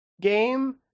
game